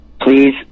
please